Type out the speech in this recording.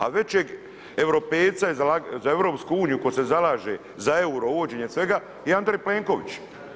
A većeg europejca za EU tko se zalaže za euro i uvođenje svega je Andrej Plenković.